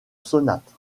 sonate